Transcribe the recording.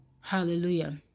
Hallelujah